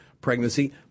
pregnancy